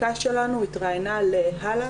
מהמחלקה שלנו התראיינה ל-הלאה,